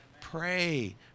Pray